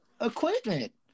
equipment